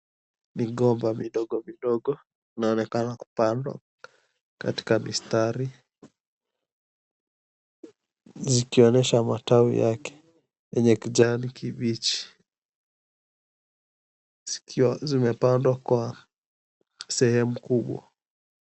Migomba midogomidogo inaonekana kupandwa katika mistari, zikionyesha matawi yake yenye kijani kibichi, zikiwa zimepandwa kwa sehemu kubwa.